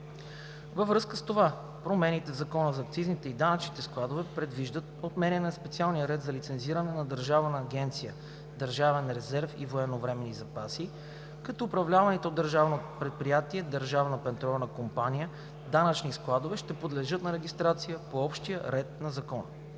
Във връзка с това промените в Закона за акцизите и данъчните складове предвиждат отменяне на специалния ред за лицензиране на Държавна агенция „Държавен резерв и военновременни запаси“, като управляваните от Държавно предприятие „Държавна петролна компания“ данъчни складове ще подлежат на регистрация по общия ред на Закона.